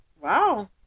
Wow